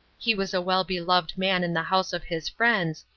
he was a well-beloved man in the house of his friends,